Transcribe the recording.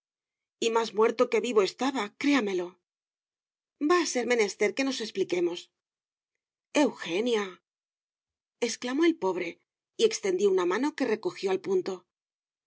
y más muerto que vivo estaba créamelo va a ser menester que nos expliquemos eugenia exclamó el pobre y extendió una mano que recojió al punto